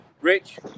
Rich